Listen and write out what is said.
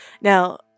Now